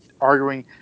arguing